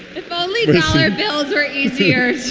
if only our bills were easier